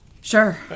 Sure